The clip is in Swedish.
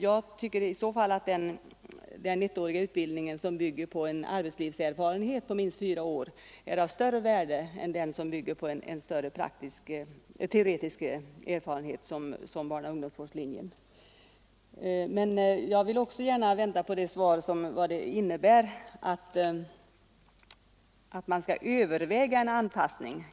Jag tycker att den ettåriga utbildning som bygger på en arbetslivserfarenhet av minst fyra år är av större värde än den som bygger på en större teoretisk erfarenhet från barnoch ungdomsvårdslinjen. Jag vill också gärna höra vad det innebär att man kan ”överväga en anpassning”.